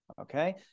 Okay